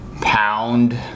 pound